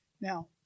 Now